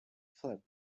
flap